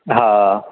हा